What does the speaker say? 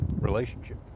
Relationship